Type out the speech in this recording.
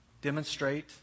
demonstrate